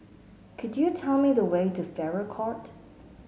could you tell me the way to Farrer Court